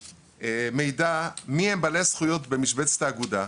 מידע מי הם בעלי הזכויות במשבצת האגודה,